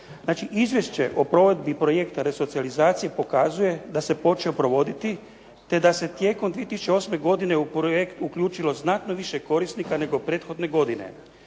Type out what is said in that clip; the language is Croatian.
izvješće o provedbi projekta resocijalizacije pokazuje da se počeo provoditi te da se tijekom 2008. godine u projekt uključilo znatno više korisnika nego prethodne godine.